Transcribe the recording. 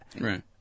Right